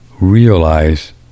realize